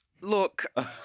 look